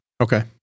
Okay